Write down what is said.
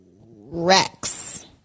Rex